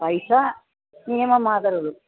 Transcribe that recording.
പൈസ മിനിമം മാത്രമേയുള്ളൂ